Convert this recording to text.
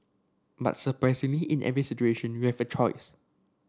but surprisingly in every situation you have a choice